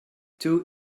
two